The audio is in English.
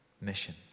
Mission